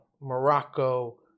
morocco